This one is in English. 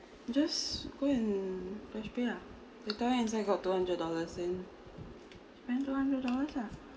just go and flashpay lah you tell them inside got two hundred dollars and spend two hundred dollars ah